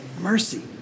mercy